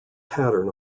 pattern